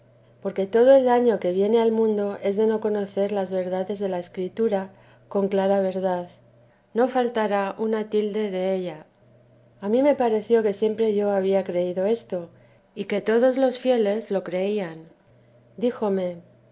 porque todo el daño que viene ai mundo es de no conocer las verdades de la escritura con clara verdad no faltará una tilde dula a mí me pareció que siempre yo había creído esto y que todos los fieles lo creían díjome